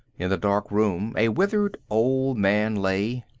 in the dark room a withered old man lay,